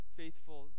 faithful